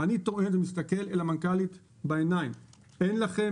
אני תוהה ומסתכל אל המנכ"לית בעיניים ואומר שאין לכם